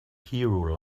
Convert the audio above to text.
hero